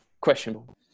questionable